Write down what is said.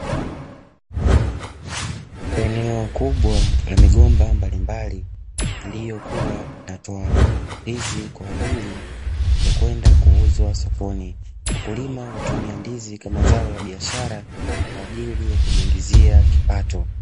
Eneo kubwa la migomba mbalimbali, iliyokuwa inatoa ndizi kwa ajili ya kwenye kuuzwa sokoni. Wakulima hutumia ndizi kama zao la biashara kwaajili ya kujiingizia kipato.